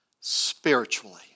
spiritually